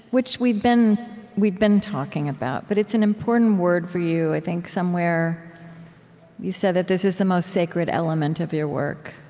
which we've been we've been talking about, but it's an important word for you i think somewhere you said that this is the most sacred element of your work